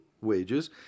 wages